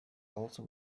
also